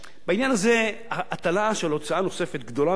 שבעניין הזה יש הטלה של הוצאה נוספת, גדולה מאוד.